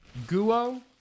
Guo